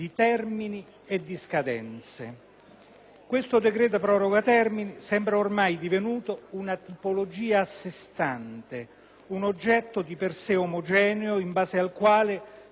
Il decreto di proroga termini sembra ormai divenuto una tipologia a sé stante, un oggetto di per sé omogeneo in base al quale confrontare le singole disposizioni.